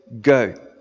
go